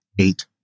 eight